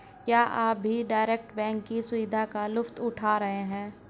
क्या आप भी डायरेक्ट बैंक की सुविधा का लुफ्त उठा रहे हैं?